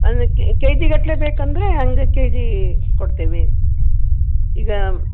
ಅಂದು K G ಗಟ್ಟಲೆ ಬೇಕೆಂದ್ರೆ ಹಂಗೆ ಕೆ ಜೀ ಕೊಡ್ತೀವಿ ಈಗ